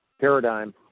paradigm